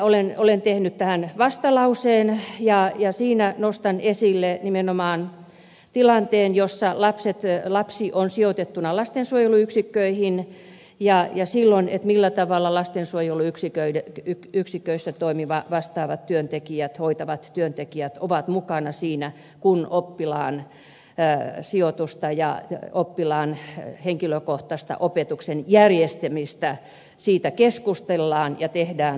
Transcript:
vielä olen tehnyt tähän vastalauseen ja siinä nostan esille nimenomaan tilanteen jossa lapsi on sijoitettuna lastensuojeluyksikköön ja että millä tavalla silloin lastensuojeluyksiköissä toimivat vastaavat työntekijät hoitavat työntekijät ovat mukana siinä kun oppilaan sijoituksesta ja oppilaan henkilökohtaisesta opetuksen järjestämisestä keskustellaan ja tehdään lausuntoja